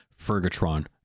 Fergatron